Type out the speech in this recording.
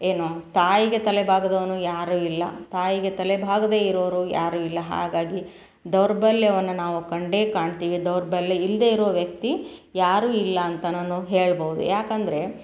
ಏನು ತಾಯಿಗೆ ತಲೆಬಾಗದವನು ಯಾರೂ ಇಲ್ಲ ತಾಯಿಗೆ ತಲೆ ಬಾಗದೆ ಇರೋರು ಯಾರೂ ಇಲ್ಲ ಹಾಗಾಗಿ ದೌರ್ಬಲ್ಯವನ್ನು ನಾವು ಕಂಡೇ ಕಾಣ್ತೀವಿ ದೌರ್ಬಲ್ಯ ಇಲ್ಲದೆ ಇರೋ ವ್ಯಕ್ತಿ ಯಾರೂ ಇಲ್ಲ ಅಂತ ನಾನು ಹೇಳ್ಬೋದು ಯಾಕಂದರೆ